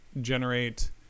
generate